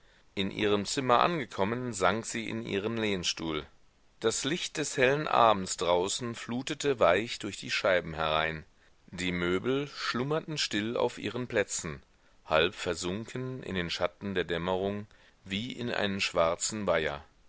in ihrem zimmer angekommen sank sie in ihren lehnstuhl das licht des hellen abends draußen flutete weich durch die scheiben herein die möbel schlummerten still auf ihren plätzen halb versunken in den schatten der dämmerung wie in einen schwarzen weiher